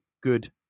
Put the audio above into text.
good